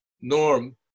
norm